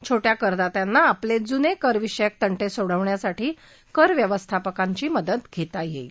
छोटया करदात्यांना आपले जुने करविषयक तंटे सोडवण्यासाठी कर व्यवस्थापकांची मदत घेता येईल